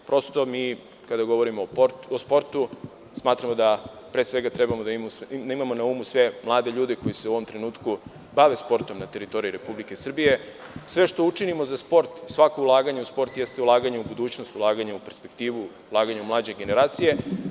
Prosto kada govorimo o sportu, smatramo da pre svega treba da imamo na umu sve mlade ljude koji se u ovom trenutku bave sportom na teritoriji Republike Srbije, sve što učinimo za sport, svako ulaganje u sport jesu ulaganje u budućnost, ulaganje u perspektivu, ulaganje u mlađe generacije.